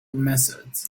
methods